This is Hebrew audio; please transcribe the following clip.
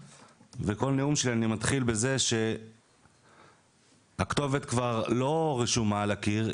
וכל נאום שלי אני מתחיל בזה שהכתובת כבר לא רשומה על הקיר,